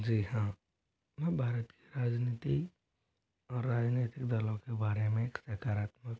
जी हाँ मैं भारत की राजनीति और राजनीति दलों के बारे में सकारात्मक